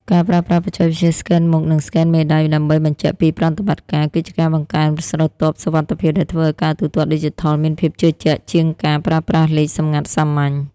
ការប្រើប្រាស់បច្ចេកវិទ្យាស្កែនមុខ និងស្កែនមេដៃដើម្បីបញ្ជាក់ពីប្រតិបត្តិការ គឺជាការបង្កើនស្រទាប់សុវត្ថិភាពដែលធ្វើឱ្យការទូទាត់ឌីជីថលមានភាពជឿជាក់ជាងការប្រើប្រាស់លេខសម្ងាត់សាមញ្ញ។